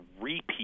repeat